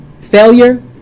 failure